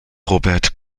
robert